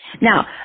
Now